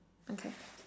okay